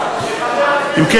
מה עם,